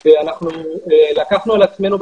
בלי זה אנחנו נגיע לאותן תוצאות כנראה גם